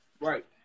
Right